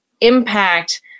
impact